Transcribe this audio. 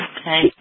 Okay